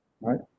Right